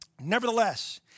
Nevertheless